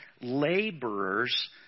laborers